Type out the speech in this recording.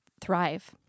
thrive